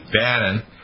Bannon